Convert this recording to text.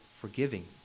forgiving